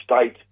state